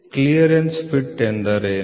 clearance fit ಎಂದರೇನು